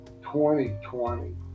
2020